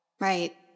Right